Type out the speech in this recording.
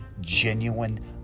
genuine